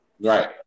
Right